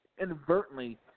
inadvertently